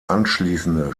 anschließende